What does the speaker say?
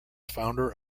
founder